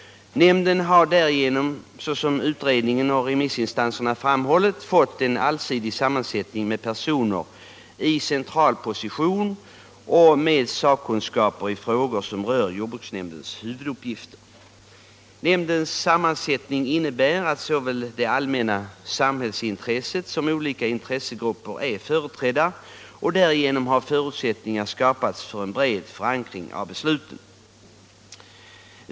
Nämnden har därigenom, såsom utredningen och .remissinstanserna framhållit, fått en allsidig sammansättning med personer i central position och med sakkunskap i frågor som rör jordbruksnämndens huvuduppgifter. Nämndens sammansättning innebär att såväl det allmänna sam hällsintresset som olika intressegrupper är företrädda, och därigenom har . förutsättningar skapats för en bred förankring av besluten.